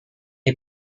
est